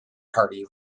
party